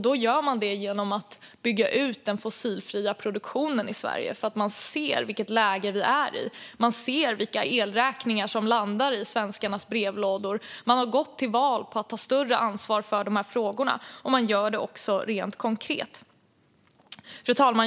Det gör man genom att bygga ut den fossilfria produktionen i Sverige, för man ser vilket läge Sverige är i. Man ser vilka elräkningar som landar i svenskarnas brevlådor. Man har gått till val på att ta större ansvar i de här frågorna, och man gör det också rent konkret. Fru talman!